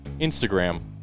Instagram